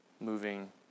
moving